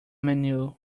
menu